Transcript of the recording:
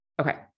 Okay